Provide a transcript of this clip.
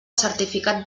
certificat